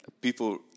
people